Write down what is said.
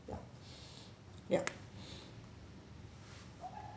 ya ya ya